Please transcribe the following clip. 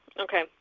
Okay